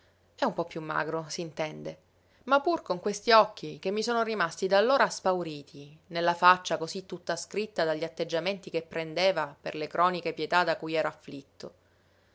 e un po piú magro s'intende ma pur con questi occhi che mi sono rimasti da allora spauriti nella faccia cosí tutta scritta dagli atteggiamenti che prendeva per le croniche pietà da cui ero afflitto